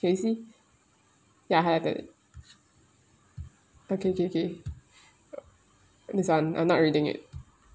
can you see ya highlighted okay okay okay this [one] I'm not reading it